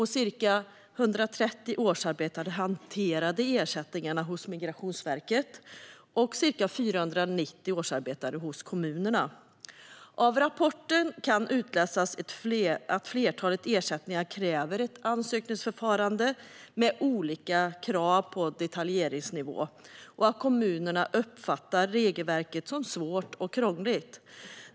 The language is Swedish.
Ca 130 årsarbetare hanterade ersättningarna hos Migrationsverket, och ca 490 årsarbetare gjorde detsamma hos kommunerna. Av rapporten kan utläsas att flertalet ersättningar kräver ett ansökningsförfarande med olika krav på detaljnivå och att kommunerna uppfattar regelverket som svårt och krångligt.